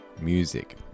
music